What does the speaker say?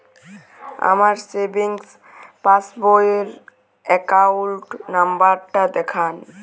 আমার সেভিংস পাসবই র অ্যাকাউন্ট নাম্বার টা দেখান?